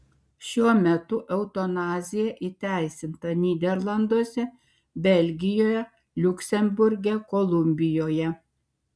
šiuo metu eutanazija įteisinta nyderlanduose belgijoje liuksemburge kolumbijoje